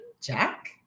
jack